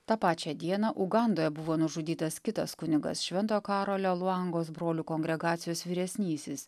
tą pačią dieną ugandoje buvo nužudytas kitas kunigas šventojo karolio luangos brolių kongregacijos vyresnysis